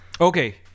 Okay